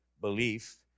belief